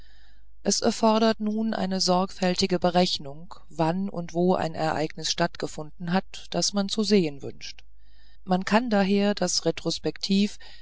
es erfordert nun eine sorgfältige berechnung wann und wo ein ereignis stattgefunden hat das man zu sehen wünscht man kann daher das